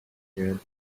build